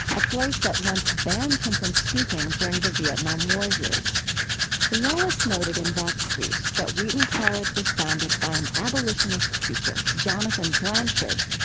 a place that once banned him from speaking during the vietnam war years wallis noted in that speech that wheaton college was founded by an abolitionist preacher, jonathan blanchard,